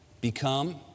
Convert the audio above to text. Become